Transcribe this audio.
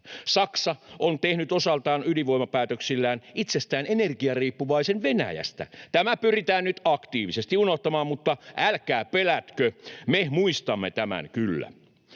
Saksa on tehnyt osaltaan ydinvoimapäätöksillään itsestään energiariippuvaisen Venäjästä. Tämä pyritään nyt aktiivisesti unohtamaan — mutta älkää pelätkö, me muistamme tämän kyllä.